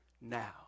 now